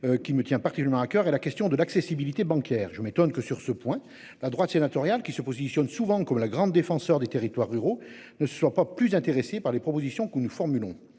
Qui me tient à partir de Marrakech et la question de l'accessibilité bancaire. Je m'étonne que sur ce point, la droite sénatoriale qui se positionne souvent comme la grande défenseure des territoires ruraux ne soit pas plus intéressée par les propositions que nous formulons